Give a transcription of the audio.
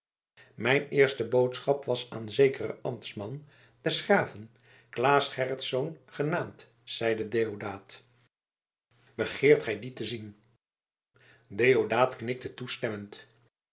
mijn eerste boodschap was aan zekeren ambtman des graven claes gerritsz genaamd zeide deodaat begeert gij dien te zien deodaat knikte toestemmend